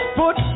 put